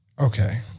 Okay